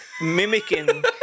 mimicking